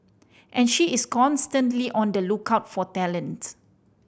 and she is constantly on the lookout for talent